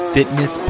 Fitness